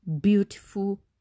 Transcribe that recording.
beautiful